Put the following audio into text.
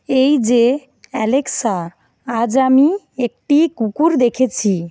এই যে অ্যালেক্সা আজ আমি একটি কুকুর দেখেছি